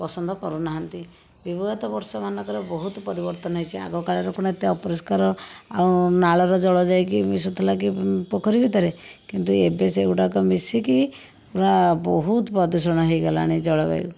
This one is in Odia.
ପସନ୍ଦ କରୁନାହାନ୍ତି ବିଗତ ବର୍ଷମାନଙ୍କରେ ବହୁତ ପରିବର୍ତ୍ତନ ହୋଇଛି ଆଗକାଳରେ କ'ଣ ଏତେ ଅପରିଷ୍କାର ଆଉ ନାଳର ଜଳ ଯାଇକି ମିଶୁଥିଲା କି ପୋଖରୀ ଭିତରେ କିନ୍ତୁ ଏବେ ସେ ଗୁଡ଼ାକ ମିଶିକି ପୁରା ବହୁତ ପ୍ରଦୂଷଣ ହୋଇଗଲାଣି ଜଳବାୟୁ